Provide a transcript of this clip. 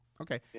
Okay